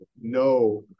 no